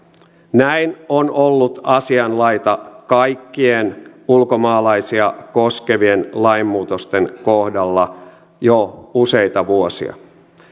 näin on ollut asianlaita kaikkien ulkomaalaisia koskevien lainmuutosten kohdalla jo useita vuosia